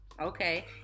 okay